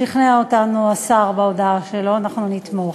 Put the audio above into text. שכנע אותנו השר בהודעה שלו, אנחנו נתמוך.